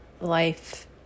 life